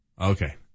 Okay